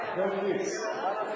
הכול פיקס.